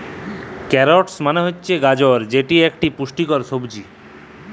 carrots মালে হছে গাজর যেট ইকট পুষ্টিকর সবজি